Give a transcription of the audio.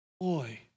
Boy